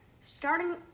starting